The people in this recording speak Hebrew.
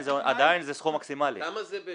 אבל זה סכום מקסימאלי.